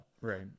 Right